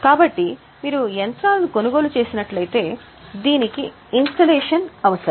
కాబట్టి మీరు యంత్రాలను కొనుగోలు చేసినట్లయితే దీనికి ఇన్స్టలేషన్ అవసరం